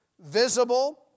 visible